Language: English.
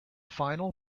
final